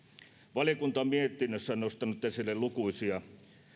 valiokunta on mietinnössään nostanut esille lukuisia